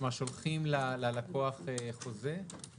שולחים ללקוח חוזה?